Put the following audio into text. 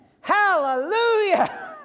Hallelujah